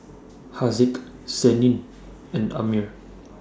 Haziq Senin and Ammir